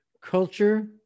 culture